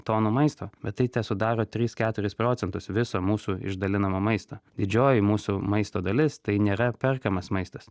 tonų maisto bet tai tesudaro tris keturis procentus viso mūsų išdalinamo maisto didžioji mūsų maisto dalis tai nėra perkamas maistas